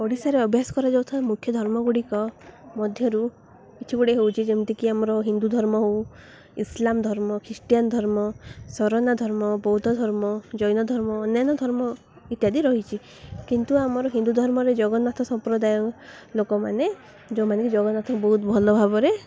ଓଡ଼ିଶାରେ ଅଭ୍ୟାସ କରାଯାଉଥିବା ମୁଖ୍ୟ ଧର୍ମଗୁଡ଼ିକ ମଧ୍ୟରୁ କିଛି ଗୁଡ଼େ ହେଉଛି ଯେମିତିକି ଆମର ହିନ୍ଦୁ ଧର୍ମ ହେଉ ଇସଲାମ ଧର୍ମ ଖ୍ରୀଷ୍ଟିଆନ ଧର୍ମ ସରନା ଧର୍ମ ବୌଦ୍ଧ ଧର୍ମ ଜୈନ ଧର୍ମ ଅନ୍ୟାନ୍ୟ ଧର୍ମ ଇତ୍ୟାଦି ରହିଛି କିନ୍ତୁ ଆମର ହିନ୍ଦୁ ଧର୍ମରେ ଜଗନ୍ନାଥ ସମ୍ପ୍ରଦାୟ ଲୋକମାନେ ଯେଉଁମାନେ ଜଗନ୍ନାଥ ବହୁତ ଭଲ ଭାବରେ